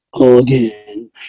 Again